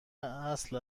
اصل